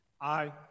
Aye